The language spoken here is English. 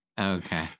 okay